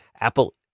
Apple